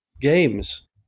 games